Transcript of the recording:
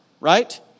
right